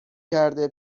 کرده